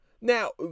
Now